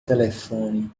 telefone